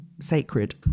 sacred